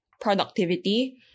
productivity